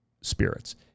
spirits